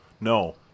no